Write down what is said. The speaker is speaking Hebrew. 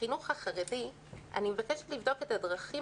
בחינוך החרדי אני מבקשת לבדוק את הדרכים